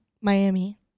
Miami